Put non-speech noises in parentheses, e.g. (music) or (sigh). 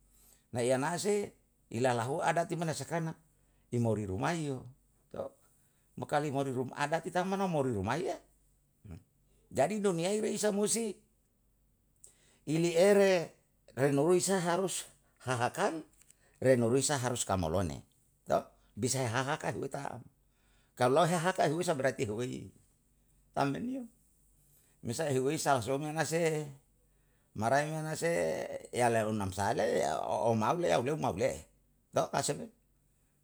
(unintelligible) iyanase ilalahu adati na masakana, i mori rumai (unintelligible) (hesitation) mo kalu mori ruma adati ta mana mori rumaiya. (hesitation) jadi duniyai re isa musti ili ere re no reisa harus hahakan, re no reisa harus kamolone. (unintelligible) bisa he ahahaka hue ta am. Kalau he ahahaka berarti huwei, (unintelligible) tamyen. (unintelligible) misal ehuwei sa langsung na se'e, marai me na se'e, yalelu nam sa le'e (unintelligible) um mau le'e au mau le'e. (unintelligible) ke sem le?